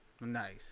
Nice